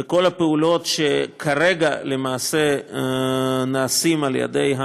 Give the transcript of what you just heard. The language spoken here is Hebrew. ולמעשה כל הפעולות שכרגע נעשות על ידי,